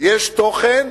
יש תוכן,